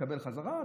להתקבל חזרה.